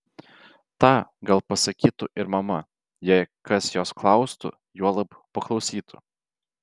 tą gal pasakytų ir mama jei kas jos klaustų juolab paklausytų